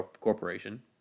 Corporation